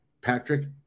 Patrick